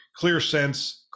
ClearSense